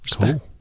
cool